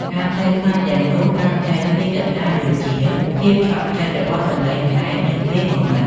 ការភ័យខ្លាចទាំងនោះកើតចេញពីកត្តាដូចជាភាពឆក់ចិត្តរបស់សំឡេងក្អែកនៅពេលងងឹត។